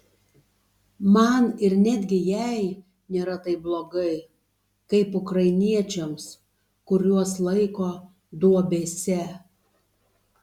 man ir netgi jai nėra taip blogai kaip ukrainiečiams kuriuos laiko duobėse